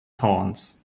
horns